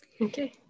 Okay